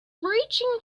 breaching